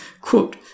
Quote